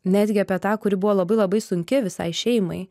netgi apie tą kuri buvo labai labai sunki visai šeimai